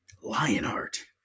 Lionheart